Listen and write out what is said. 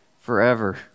forever